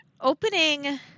opening